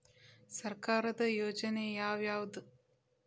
ಸರ್ಕಾರದ ಯೋಜನೆ ಯಾವ್ ಯಾವ್ದ್?